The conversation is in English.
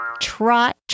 trot